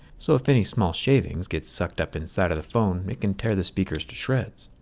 so if any small shavings get sucked up inside of the phone we can tear the speakers to shreds.